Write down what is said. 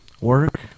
Work